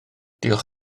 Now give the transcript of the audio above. diolch